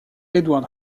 edward